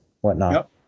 whatnot